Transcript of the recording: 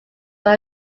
but